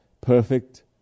Perfect